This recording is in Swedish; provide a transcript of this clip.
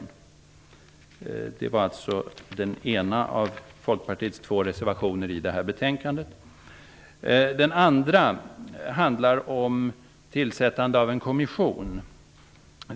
Detta gäller alltså den ena av Folkpartiets två reservationer i det här betänkandet. Den andra reservationen handlar om tillsättande av en kommission.